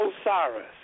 Osiris